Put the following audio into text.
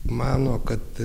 mano kad